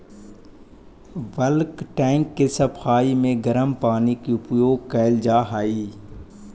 bulk tank के सफाई में गरम पानी के उपयोग कैल जा हई